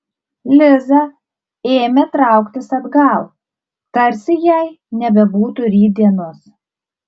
liza ėmė trauktis atgal tarsi jai nebebūtų rytdienos